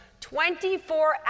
24